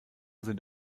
sind